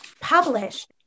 published